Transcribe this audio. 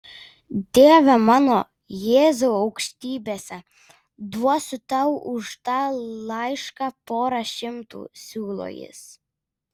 dieve mano jėzau aukštybėse duosiu tau už tą laišką porą šimtų siūlo jis